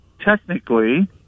technically